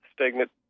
stagnant